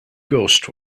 ghost